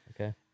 Okay